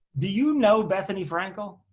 do you know bethenny frankel?